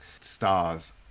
stars